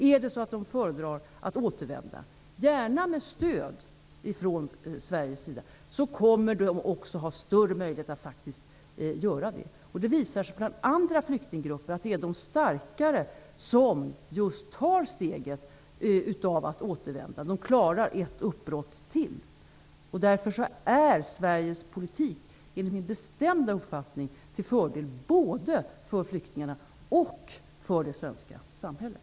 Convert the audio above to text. Är det så att de föredrar att återvända -- gärna med stöd från Sveriges sida -- kommer de då också att ha bättre möjligheter att faktiskt göra det. Det har i andra flyktinggrupper visat sig att det är just de starkare som tar steget att återvända. Det är den gruppen som klarar ett uppbrott till. Därför är Sveriges politik enligt min bestämda uppfattning till fördel både för flyktingarna och för det svenska samhället.